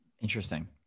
Interesting